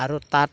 আৰু তাত